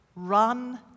run